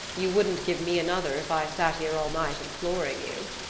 you wouldn't give me another if i sat here all night imploring you.